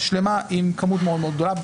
שלמה עם כמות מאוד גדולה.